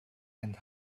and